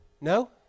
No